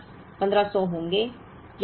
तो हमारे पास 1500 होंगे